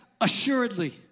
assuredly